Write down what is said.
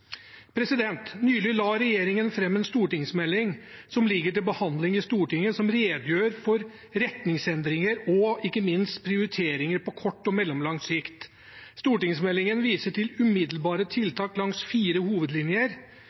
Nylig la regjeringen fram en stortingsmelding som ligger til behandling i Stortinget, og som redegjør for retningsendringer og ikke minst prioriteringer på kort og mellomlang sikt. Stortingsmeldingen viser til umiddelbare tiltak langs fire hovedlinjer: